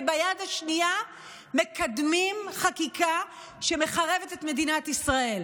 וביד השנייה מקדמים חקיקה שמחרבת את מדינת ישראל.